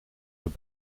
het